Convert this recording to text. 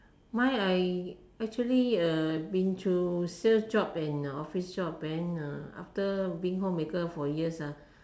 mine I actually uh been through sales job and office job then uh after being homemaker for years ah